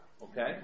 Okay